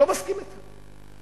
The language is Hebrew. לא מסכים אתם,